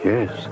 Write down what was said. Yes